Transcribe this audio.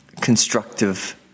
constructive